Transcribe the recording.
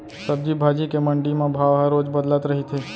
सब्जी भाजी के मंडी म भाव ह रोज बदलत रहिथे